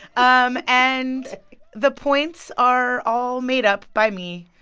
um and the points are all made up by me,